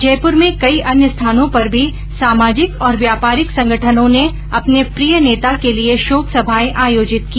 जयपुर में कई अन्य स्थानों पर भी सामाजिक और व्यापारिक संगठनों ने अपने प्रिय नेता के लिए शोक सभाएं आयोजित की